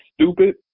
stupid